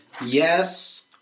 Yes